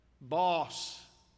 Boss